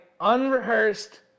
unrehearsed